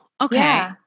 Okay